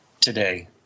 today